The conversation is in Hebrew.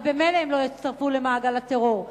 הרי ממילא הם לא יצטרפו למעגל הטרור.